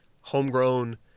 homegrown